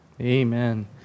amen